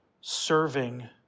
serving